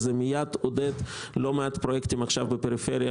זה מייד עודד לא מעט פרויקטים עכשיו בפריפריה